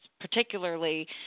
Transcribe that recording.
particularly